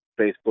Facebook